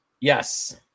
Yes